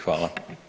Hvala.